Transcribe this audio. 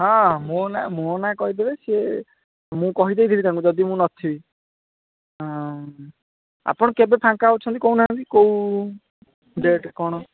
ହଁ ମୋ ନାଁ ମୋ ନାଁ କହି ଦେବେ ସେ ମୁଁ କହି ଦେଇଥିବି ତାଙ୍କୁ ଯଦି ମୁଁ ନ ଥିବି ହଁ ଆପଣ କେବେ ଫାଙ୍କା ଅଛନ୍ତି କହୁନାହାନ୍ତି କେଉଁ ଡେଟ୍ କ'ଣ